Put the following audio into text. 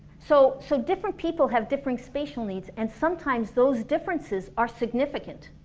so so different people have different spatial needs and sometimes those differences are significant